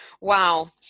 Wow